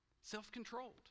Self-controlled